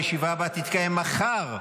הישיבה הבאה תתקיים מחר,